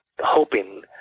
hoping